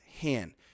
hand